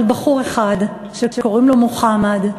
על בחור אחד, שקוראים לו מוחמד,